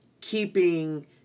keeping